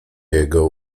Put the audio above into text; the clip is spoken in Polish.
jego